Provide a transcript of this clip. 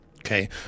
Okay